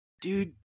Dude